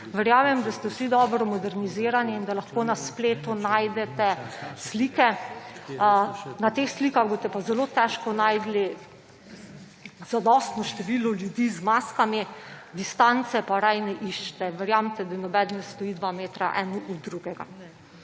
Verjamem, da ste vsi dobro modernizirani in da lahko na spletu najdete slike. Na teh slikah boste pa zelo težko našli zadostno število ljudi z maskami, distance pa rajši ne iščite. Verjemite, da noben ne stoji dva metra eden od drugega.